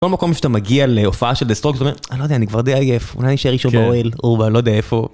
כל מקום שאתה מגיע להופעה של דה סטרוקס, אתה אומר, אה, לא יודע, אני כבר די עייף, אולי אני אשאר לישון באוהל, או ב.. לא יודע איפה...